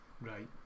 Right